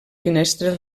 finestres